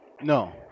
No